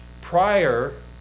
Prior